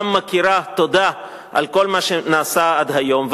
גם מכירה תודה על כל מה שנעשה עד היום,